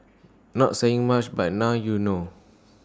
not saying much but now you know